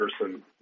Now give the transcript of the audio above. person